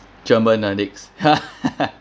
german